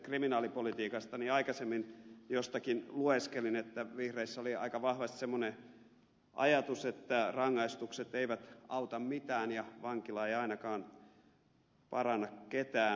aikaisemmin jostakin lueskelin että vihreissä oli aika vahvasti semmoinen ajatus että rangaistukset eivät auta mitään ja vankila ei ainakaan paranna ketään